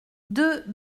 deux